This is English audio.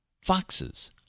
Foxes